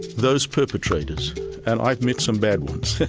those perpetrators and i've met some bad ones,